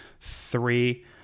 three